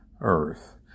Earth